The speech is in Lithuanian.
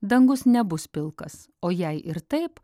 dangus nebus pilkas o jei ir taip